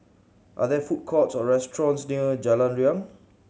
are there food courts or restaurants near Jalan Riang